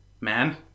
man